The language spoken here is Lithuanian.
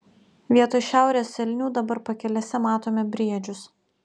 vietoj šiaurės elnių dabar pakelėse matome briedžius